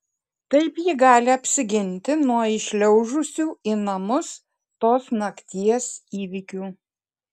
taip ji gali apsiginti nuo įšliaužusių į namus tos nakties įvykių